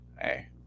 hey